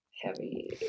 heavy